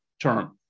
term